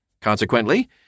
Consequently